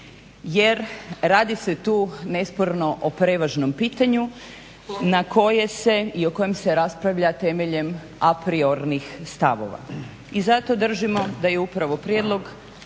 Jer radi se tu nesporno o prevažnom pitanju na koje se i o kojem se raspravlja temeljem apriornih stavova. I zato držimo da je upravo prijedlog